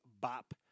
Bop